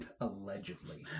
Allegedly